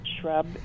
shrub